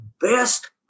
best